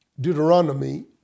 Deuteronomy